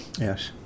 Yes